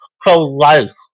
pro-life